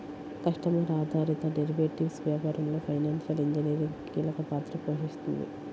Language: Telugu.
కస్టమర్ ఆధారిత డెరివేటివ్స్ వ్యాపారంలో ఫైనాన్షియల్ ఇంజనీరింగ్ కీలక పాత్ర పోషిస్తుంది